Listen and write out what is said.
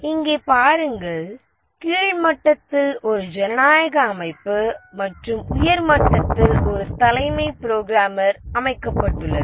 இங்கே பாருங்கள் கீழ் மட்டத்தில் ஒரு ஜனநாயக அமைப்பு மற்றும் உயர் மட்டத்தில் ஒரு தலைமை புரோகிராமர் அமைக்கப்பட்டுள்ளது